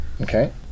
Okay